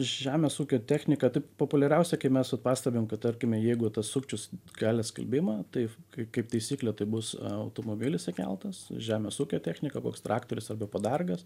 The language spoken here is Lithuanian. žemės ūkio technika populiariausia kai mes vat pastebim kad tarkime jeigu tas sukčius kelia skalbimą tai kai kaip taisyklė tai bus automobilis įkeltas žemės ūkio techniką koks traktorius arba padargas